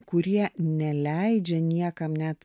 kurie neleidžia niekam net